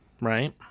Right